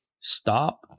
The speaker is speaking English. Stop